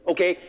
Okay